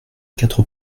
quatre